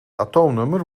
atoomnummer